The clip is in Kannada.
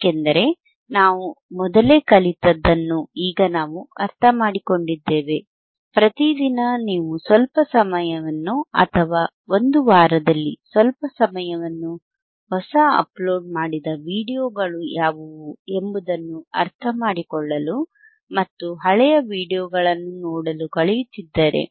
ಏಕೆಂದರೆ ನಾವು ಮೊದಲೇ ಕಲಿತದ್ದನ್ನು ಈಗ ನಾವು ಅರ್ಥಮಾಡಿಕೊಂಡಿದ್ದೇವೆ ಪ್ರತಿದಿನ ನೀವು ಸ್ವಲ್ಪ ಸಮಯವನ್ನು ಅಥವಾ ಒಂದು ವಾರದಲ್ಲಿ ಸ್ವಲ್ಪ ಸಮಯವನ್ನು ಹೊಸ ಅಪ್ಲೋಡ್ ಮಾಡಿದ ವೀಡಿಯೊಗಳು ಯಾವುವು ಎಂಬುದನ್ನು ಅರ್ಥಮಾಡಿಕೊಳ್ಳಲು ಮತ್ತು ಹಳೆಯ ವೀಡಿಯೊಗಳನ್ನು ನೋಡಲು ಕಳೆಯುತ್ತಿದ್ದರೆ